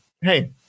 hey